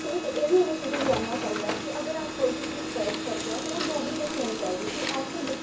ते इक एह् बी इंसेटिव लैना चाहिदा कि अगर अस कोई बी चीज़ सर्च करचै ते ओह् डोगरी बिच्च होनी चाहिदी कि अस